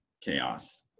chaos